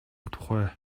тухай